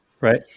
Right